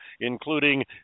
including